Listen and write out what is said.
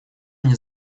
мне